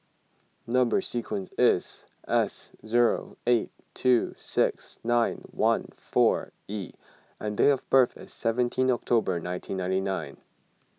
Number Sequence is S zero eight two six nine one four E and date of birth is seventeen October nineteen ninety nine